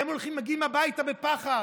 הם מגיעים הביתה בפחד,